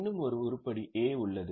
இன்னும் ஒரு உருப்படி A உள்ளது